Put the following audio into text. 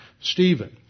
Stephen